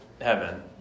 Heaven